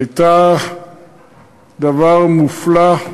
הייתה דבר מופלא.